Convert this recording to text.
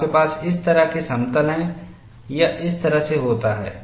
आपके पास इस तरह के समतल हैं यह इस तरह से होता है